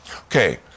okay